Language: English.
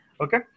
okay